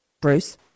Bruce